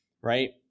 right